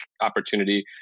opportunity